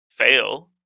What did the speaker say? fail